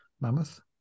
mammoth